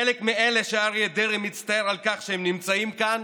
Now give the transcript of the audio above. חלק מאלה שאריה דרעי מצטער על כך שהם נמצאים כאן